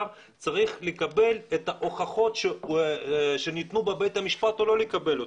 צריך לקבל את ההוכחות שניתנו בבית המשפט או לא לקבל אותן,